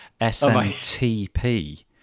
SMTP